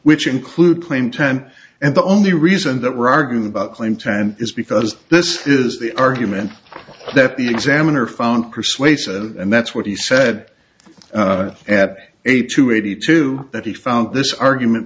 which include claim time and the only reason that we're arguing about claim ten is because this is the argument that the examiner found persuasive and that's what he said at eighty two eighty two that he found this argument